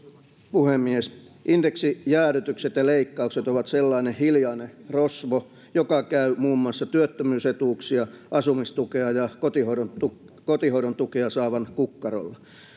puhemies indeksijäädytykset ja leikkaukset ovat sellainen hiljainen rosvo joka käy muun muassa työttömyys etuuksia asumistukea ja kotihoidon kotihoidon tukea saavan kukkarolla